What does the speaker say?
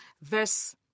Verse